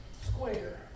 square